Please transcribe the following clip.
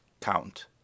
count